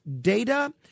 data